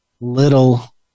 little